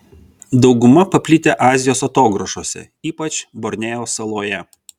dauguma paplitę azijos atogrąžose ypač borneo saloje